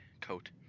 coat